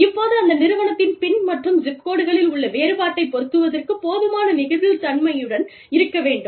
இப்போது அந்த நிறுவனத்தின் பின் மற்றும் ஜிப் கோடுகளில் உள்ள வேறுபாட்டைப் பொருத்துவதற்கு போதுமான நெகிழ்வுத்தன்மையுடன் இருக்க வேண்டும்